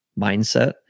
mindset